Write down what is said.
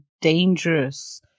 dangerous